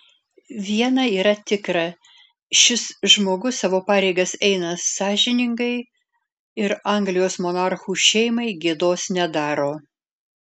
viena yra tikra šis žmogus savo pareigas eina sąžiningai ir anglijos monarchų šeimai gėdos nedaro